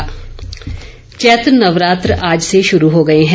नवरात्र चैत्र नवरात्र आज से शुरू हो गए हैं